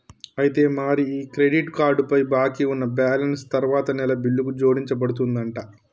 అయితే మరి credit card పై బాకీ ఉన్న బ్యాలెన్స్ తరువాత నెల బిల్లుకు జోడించబడుతుందంట